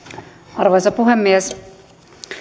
arvoisa puhemies